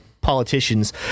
politicians